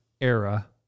era